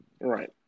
Right